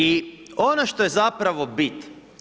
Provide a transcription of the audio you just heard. I ono što je zapravo bit.